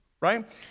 right